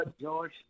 George